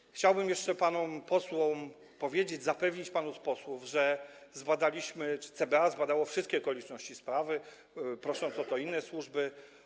I chciałbym jeszcze panom posłom powiedzieć, zapewnić panów posłów, że zbadaliśmy czy CBA zbadało wszystkie okoliczności sprawy, prosząc o to inne służby.